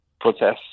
protests